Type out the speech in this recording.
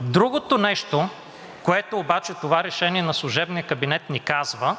Другото нещо, което обаче това решение на служебния кабинет ни казва,